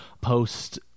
post